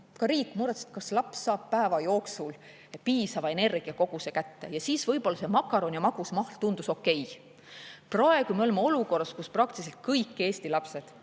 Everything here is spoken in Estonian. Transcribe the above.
ka riik muretses, kas laps saab päeva jooksul piisava energiakoguse kätte, ja siis võib-olla see makaron ja magus mahl tundus okei. Praegu me oleme olukorras, kus praktiliselt kõik Eesti lapsed